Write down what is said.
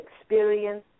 experience